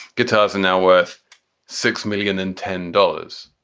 guitars and now worth six million in ten dollars,